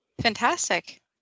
Fantastic